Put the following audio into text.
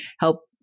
help